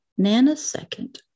nanosecond